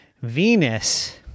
Venus